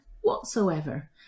whatsoever